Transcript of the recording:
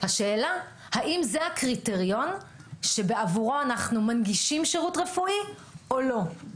השאלה האם זה הקריטריון שבעבורו אנחנו מנגישים שירות רפואי או לא.